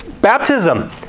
Baptism